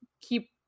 keep